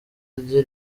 rye